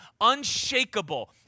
unshakable